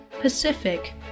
Pacific